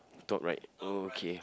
talk right okay